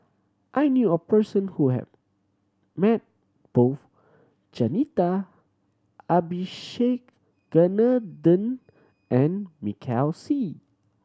I knew a person who have met both Jacintha Abisheganaden and Michael Seet